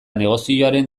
negozioaren